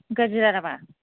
गोरजिरा राबा